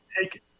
take